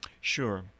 Sure